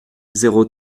zéro